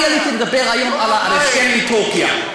אני עליתי היום לדבר על ההסכם עם טורקיה.